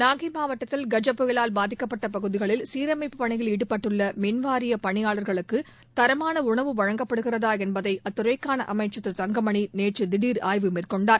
நாகை மாவட்டத்தில் கஜ புயலால் பாதிக்கப்பட்ட பகுதிகளில் சீரமைப்புப் பணியில் ஈடுபட்டுள்ள மின்வாரிய பணியாளர்களுக்கு தரமான உணவு வழங்கப்படுகிறதா என்பதை அத்துறைக்கான அமைச்சா் திரு தங்கமணி நேற்று திடீர் ஆய்வு நடத்தினார்